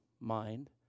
mind